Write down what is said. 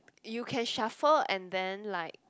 you can shuffle and then like